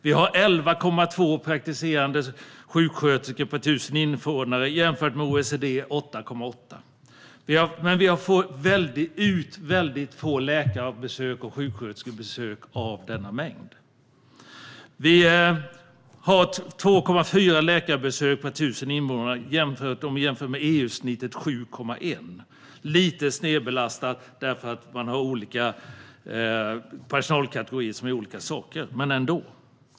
Det finns 11,2 praktiserande sjuksköterskor per 1 000 invånare jämfört med OECD-snittet på 8,8. Men vi får ut få läkarbesök och sjuksköterskebesök av denna mängd. Det sker 2,4 läkarbesök per 1 000 invånare, och EU-snittet är 7,1. Det är en lite snedbelastad siffra eftersom det finns olika personalkategorier som gör olika saker - men ändå.